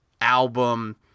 album